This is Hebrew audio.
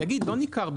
הוא יגיד לא ניכר.